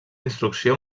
instrucció